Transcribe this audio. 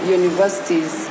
universities